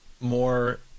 more